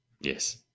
Yes